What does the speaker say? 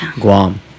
Guam